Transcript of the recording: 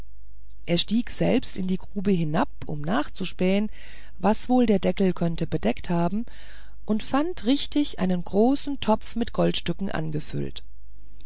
er stieg selbst in die grube hinab um nachzuspähen was wohl der deckel könnte bedeckt haben und fand richtig einen großen topf mit goldstücken angefüllt